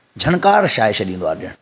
झंकार छाए छॾींदो आहे ॼणु